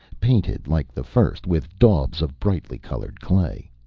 painted like the first with daubs of brightly colored clay.